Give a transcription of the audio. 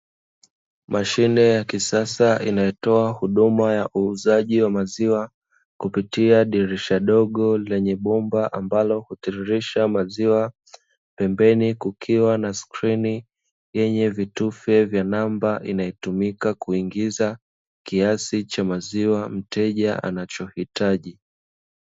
Mashine ya kisasa inayotoa huduma ya uuzaji wa maziwa kupitia dirisha dogo lenye bomba ambalo hutiririsha maziwa. Pembeni kukiwa na skrini yenye vitufe vya namba inayotumika kuingiza kiasi cha maziwa mteja anachokohitaji.